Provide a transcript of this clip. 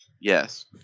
Yes